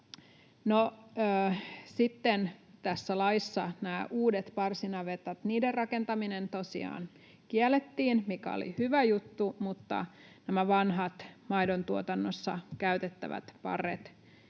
Sitten tässä laissa näiden uusien parsinavetoiden rakentaminen tosiaan kiellettiin, mikä oli hyvä juttu, mutta nämä vanhat maidontuotannossa käytettävät parret